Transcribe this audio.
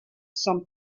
some